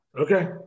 Okay